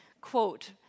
quote